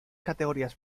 categorías